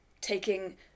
taking